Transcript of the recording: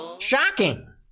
shocking